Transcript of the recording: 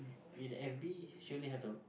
in it be surely have a